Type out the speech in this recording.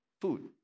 food